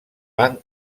banc